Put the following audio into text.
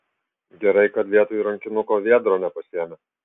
gerai kad vietoj rankinuko viedro nepasiėmė